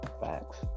Facts